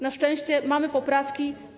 Na szczęście mamy poprawki.